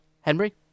Henry